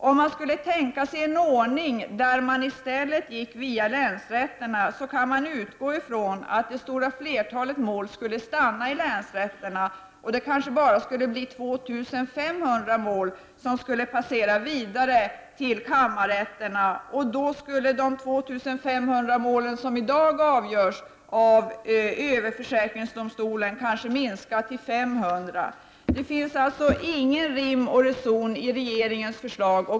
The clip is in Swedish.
Om man skulle tänka sig en ordning där man i stället går via länsrätt, kan man utgå från att det stora flertalet mål skulle stanna i länsrätterna och att det kanske i stället skulle bli 2 500 mål som skulle passera vidare till kammarrätten. Då skulle dessa 2 500 mål som i dag avgörs i överförsäkringsdomstolen kanske minska till 500. Det finns alltså ingen rim och reson i regeringens förslag.